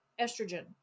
estrogen